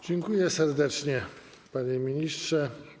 Dziękuję serdecznie, panie ministrze.